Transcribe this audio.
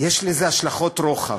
יש לזה השלכות רוחב.